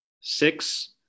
Six